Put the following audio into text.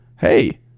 Hey